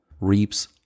reaps